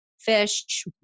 fish